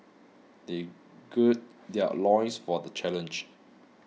they gird their loins for the challenge